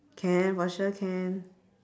can for sure can